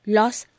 lost